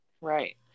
Right